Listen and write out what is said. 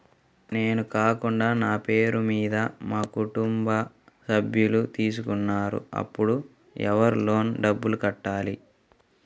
నేను కాకుండా నా పేరు మీద మా కుటుంబ సభ్యులు తీసుకున్నారు అప్పుడు ఎవరు లోన్ డబ్బులు కట్టాలి?